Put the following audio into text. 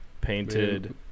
painted